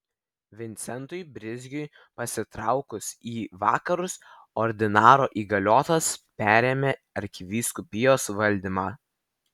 vincentui brizgiui pasitraukus į vakarus ordinaro įgaliotas perėmė arkivyskupijos valdymą